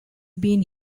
been